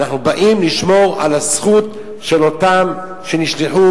אנחנו באים לשמור על הזכות של אלה שנשלחו